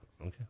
Okay